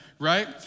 right